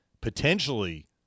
potentially